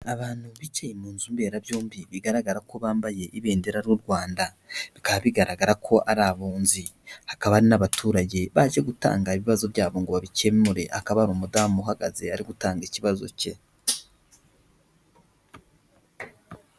Abantu bicaye mu nzu mberabyombi bigaragara ko bambaye ibendera ry'u Rwanda, bikaba bigaragara ko ari abunzi, hakaba n'abaturage baje gutanga ibibazo byabo ngo babikemure, hakaba hari umudamu uhagaze ari gutanga ikibazo cye.